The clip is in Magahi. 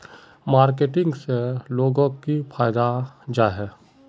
मार्केटिंग से लोगोक की फायदा जाहा?